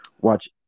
watch